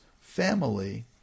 family